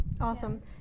awesome